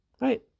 right